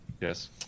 Yes